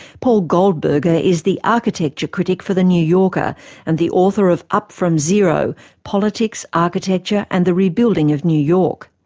paul goldberger is the architecture critic for the new yorker and the author of up from zero politics, architecture, and the rebuilding of new york'.